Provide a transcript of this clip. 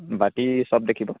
বাকী সব দেখিব